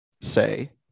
say